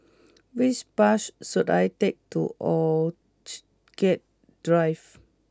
which bus should I take to Orchid get Drive